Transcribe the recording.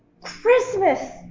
Christmas